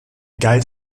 galt